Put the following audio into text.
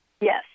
Yes